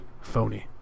Phony